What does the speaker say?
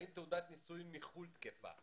האם תעודת נישואים מחו"ל תקפה.